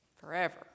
forever